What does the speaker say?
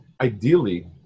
ideally